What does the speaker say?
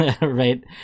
right